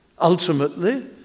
ultimately